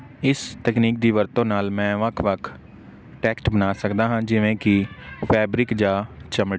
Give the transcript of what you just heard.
ਇਸ ਤਕਨੀਕ ਦੀ ਵਰਤੋਂ ਨਾਲ ਮੈਂ ਵੱਖ ਵੱਖ ਟੈਕਸਟ ਬਣਾ ਸਕਦਾ ਹਾਂ ਜਿਵੇਂ ਕਿ ਫੈਬਰਿਕ ਜਾਂ ਚਮੜੀ